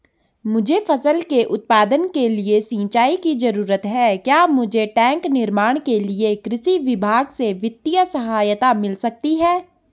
मुझे फसल के उत्पादन के लिए सिंचाई की जरूरत है क्या मुझे टैंक निर्माण के लिए कृषि विभाग से वित्तीय सहायता मिल सकती है?